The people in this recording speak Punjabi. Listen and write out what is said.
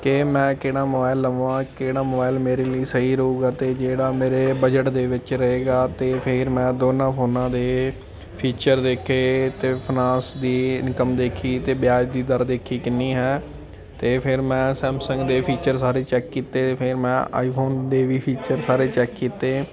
ਕਿ ਮੈਂ ਕਿਹੜਾ ਮੋਬਾਈਲ ਲਵਾਂ ਕਿਹੜਾ ਮੋਬਾਈਲ ਮੇਰੇ ਲਈ ਸਹੀ ਰਹੂਗਾ ਅਤੇ ਜਿਹੜਾ ਮੇਰੇ ਬਜਟ ਦੇ ਵਿੱਚ ਰਹੇਗਾ ਅਤੇ ਫਿਰ ਮੈਂ ਦੋਨਾਂ ਫੋਨਾਂ ਦੇ ਫੀਚਰ ਦੇਖੇ ਅਤੇ ਫਨਾਂਸ ਦੀ ਇਨਕਮ ਦੇਖੀ ਅਤੇ ਵਿਆਜ ਦੀ ਦਰ ਦੇਖੀ ਕਿੰਨੀ ਹੈ ਅਤੇ ਫਿਰ ਮੈਂ ਸੈਮਸੰਗ ਦੇ ਫੀਚਰ ਸਾਰੇ ਚੈੱਕ ਕੀਤੇ ਫਿਰ ਮੈਂ ਆਈਫੋਨ ਦੇ ਵੀ ਫੀਚਰ ਸਾਰੇ ਚੈੱਕ ਕੀਤੇ